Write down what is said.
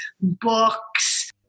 books